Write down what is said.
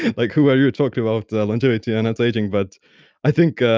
like who are you talking about longevity and anti-aging but i think